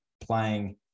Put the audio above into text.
playing